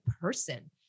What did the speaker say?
person